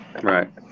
Right